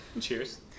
Cheers